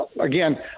again